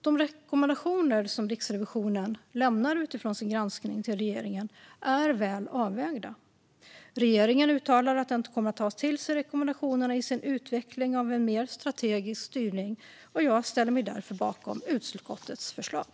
De rekommendationer som Riksrevisionen lämnar utifrån sin granskning till regeringen är väl avvägda. Regeringen uttalar att den kommer att ta till sig rekommendationerna i sin utveckling av en mer strategisk styrning. Jag yrkar därför bifall till utskottets förslag.